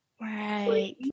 Right